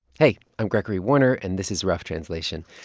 hey. i'm gregory warner, and this is rough translation.